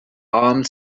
armed